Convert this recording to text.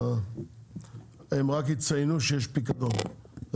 מה זה פעמיים?